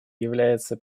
является